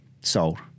sold